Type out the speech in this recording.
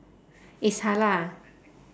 it's halal